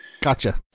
gotcha